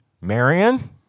Marion